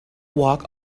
walk